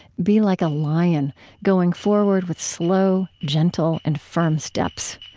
be like a lion going forward with slow, gentle, and firm steps.